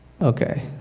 okay